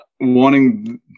wanting